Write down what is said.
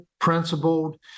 principled